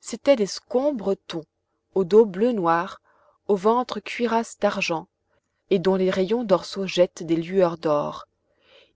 c'étaient des scombres thons au dos bleu noir au ventre cuiras d'argent et dont les rayons dorsaux jettent des lueurs d'or